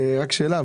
שאלה.